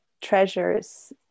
treasures